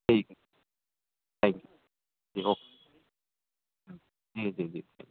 ٹھیک ہے thank you جی جی جی جی